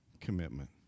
commitment